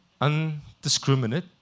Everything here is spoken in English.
Undiscriminate